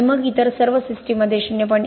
आणि मग इतर सर्व सिस्टीममध्ये 0